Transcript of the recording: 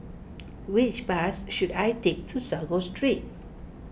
which bus should I take to Sago Street